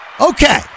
Okay